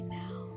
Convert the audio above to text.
now